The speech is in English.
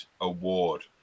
award